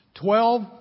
Twelve